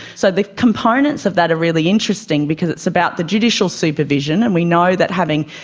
so the components of that are really interesting because it's about the judicial supervision, and we know that having,